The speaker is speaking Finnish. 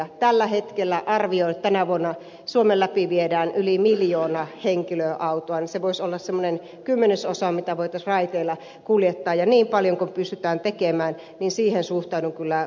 kun tällä hetkellä arvio on että tänä vuonna suomen läpi viedään yli miljoona henkilöautoa niin se voisi olla semmoinen kymmenesosa mitä voitaisiin raiteilla kuljettaa ja niin paljon kuin pystytään tekemään siihen suhtaudun kyllä positiivisesti